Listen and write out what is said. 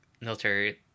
military